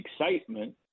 excitement